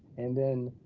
and then,